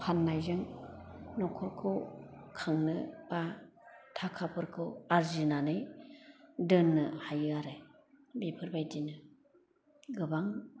फान्नायजों नखरखौ खांनो बा थाखाफोरखौ आर्जिनानै दोन्नो हायो आरो बेफोर बायदिनो गोबां